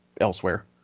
elsewhere